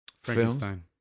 Frankenstein